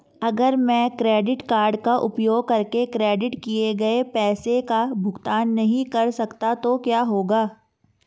अगर मैं credit card का उपयोग करके क्रेडिट किए गए पैसे का भुगतान नहीं कर सकता तो क्या होगा?